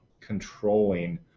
controlling